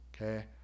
okay